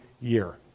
year